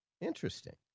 interesting